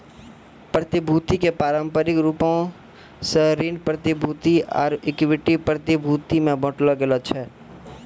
प्रतिभूति के पारंपरिक रूपो से ऋण प्रतिभूति आरु इक्विटी प्रतिभूति मे बांटलो गेलो छै